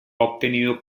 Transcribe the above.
obtenido